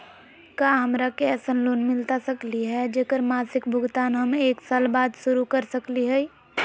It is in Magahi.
का हमरा के ऐसन लोन मिलता सकली है, जेकर मासिक भुगतान हम एक साल बाद शुरू कर सकली हई?